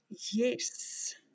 Yes